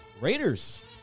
Raiders